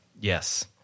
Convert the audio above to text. Yes